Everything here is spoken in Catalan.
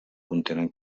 contenen